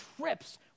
trips